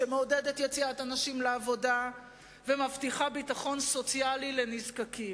שמעודדת יציאת אנשים לעבודה ומבטיחה ביטחון סוציאלי לנזקקים.